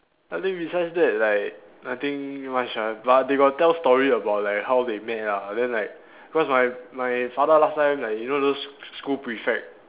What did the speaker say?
I think besides that like I think nothing much ah but they got tell story about like how they met ah then like cause my my father last time like you know those s~ school prefect